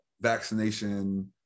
vaccination